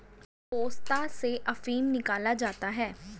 पोस्ता से अफीम निकाला जाता है